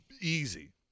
easy